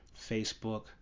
Facebook